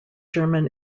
german